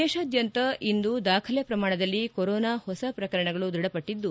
ದೇಶಾದ್ಯಂತ ಇಂದು ದಾಖಲೆ ಪ್ರಮಾಣದಲ್ಲಿ ಕೊರೊನಾ ಹೊಸ ಪ್ರಕರಣಗಳು ದೃಢಪಟ್ಟದ್ದು